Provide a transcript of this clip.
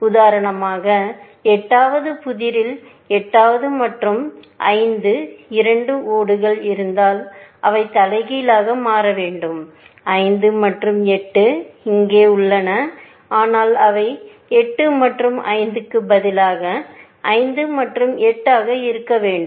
உதாரணமாக 8 வது புதிரில் 8 மற்றும் 5 இரண்டு ஓடுகள் இருந்தால் அவை தலைகீழாக மாற வேண்டும் 5 மற்றும் 8 இங்கே உள்ளன ஆனால் அவை 8 மற்றும் 5 க்கு பதிலாக 5 மற்றும் 8 ஆக இருக்க வேண்டும்